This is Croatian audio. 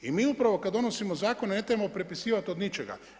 I mi upravo kada donosimo zakone ne trebamo prepisivati do ničega.